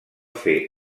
fer